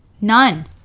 none